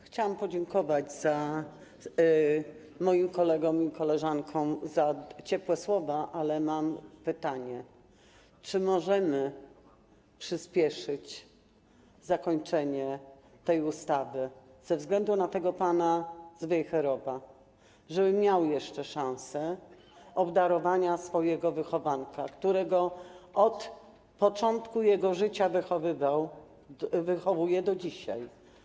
Chciałam podziękować moim kolegom i koleżankom za ciepłe słowa, ale mam pytanie: Czy możemy przyspieszyć zakończenie prac nad tą ustawą ze względu na tego pana z Wejherowa, żeby miał jeszcze szansę obdarowania swojego wychowanka, którego od początku jego życia wychowywał, wychowuje do dzisiaj?